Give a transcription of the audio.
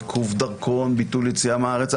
עיכוב דרכון, ביטול יציאה מהארץ.